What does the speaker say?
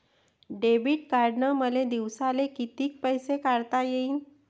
Debit कार्डनं मले दिवसाले कितीक पैसे काढता येईन?